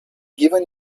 given